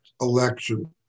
election